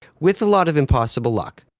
with a lot of impossible luck.